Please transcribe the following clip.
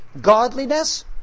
godliness